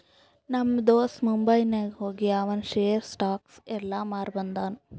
ನಮ್ ದೋಸ್ತ ಮುಂಬೈನಾಗ್ ಹೋಗಿ ಆವಂದ್ ಶೇರ್, ಸ್ಟಾಕ್ಸ್ ಎಲ್ಲಾ ಮಾರಿ ಬಂದುನ್